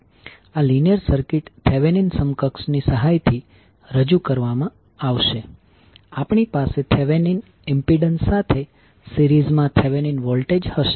આ linear circuit Thevenin સમકક્ષ ની સહાયથી રજૂ કરવામાં આવશે આપણી પાસે થેવેનીન ઇમ્પિડન્સ સાથે સીરીઝમાં થેવેનીન વોલ્ટેજ હશે